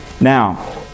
Now